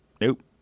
nope